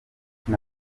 cye